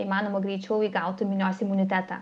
įmanoma greičiau įgautų minios imunitetą